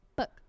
book